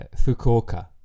Fukuoka